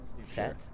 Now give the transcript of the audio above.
set